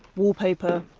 wallpaper,